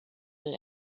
will